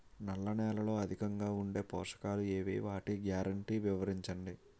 నల్ల నేలలో అధికంగా ఉండే పోషకాలు ఏవి? వాటి గ్యారంటీ వివరించండి?